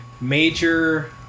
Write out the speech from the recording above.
major